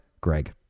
Greg